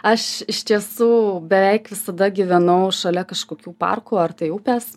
aš iš tiesų beveik visada gyvenau šalia kažkokių parkų ar tai upės